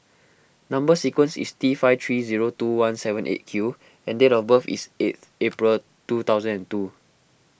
Number Sequence is T five three zero two one seven eight Q and date of birth is eighth April two thousand and two